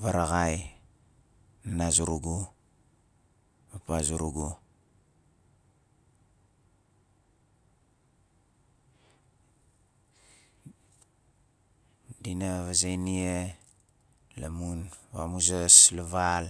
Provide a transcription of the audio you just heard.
varaxai nana zurugu ma papa zurugu dina vaze nia la mun vamuzas la val